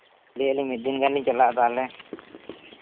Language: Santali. ᱞᱟᱹᱭ ᱫᱟᱹᱞᱤᱧ ᱢᱤᱫ ᱫᱤᱱ ᱜᱟᱱ ᱞᱤᱧ ᱪᱟᱞᱟᱜᱼᱟ ᱛᱟᱦᱚᱞᱮ